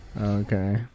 Okay